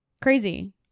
crazy